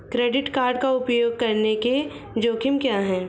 Credit card का उपयोग करने के जोखिम क्या हैं?